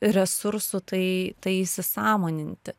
resursų tai įsisąmoninti